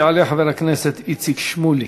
יעלה חבר הכנסת איציק שמולי.